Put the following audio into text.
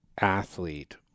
athlete